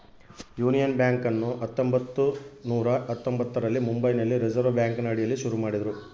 union ಬ್ಯಾಂಕನ್ನು ಹತ್ತೊಂಭತ್ತು ನೂರ ಹತ್ತೊಂಭತ್ತರಲ್ಲಿ ಮುಂಬೈನಲ್ಲಿ ರಿಸೆರ್ವೆ ಬ್ಯಾಂಕಿನ ಅಡಿಯಲ್ಲಿ ಶುರು ಮಾಡಿದರು